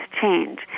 change